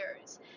years